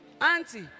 Auntie